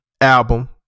album